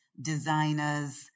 designers